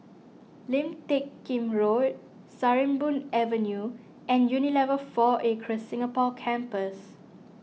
Lim Teck Kim Road Sarimbun Avenue and Unilever four Acres Singapore Campus